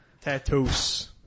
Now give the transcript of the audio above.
Tattoos